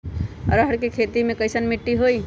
अरहर के खेती मे कैसन मिट्टी होइ?